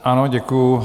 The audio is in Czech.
Ano, děkuji.